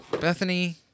Bethany